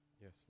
Yes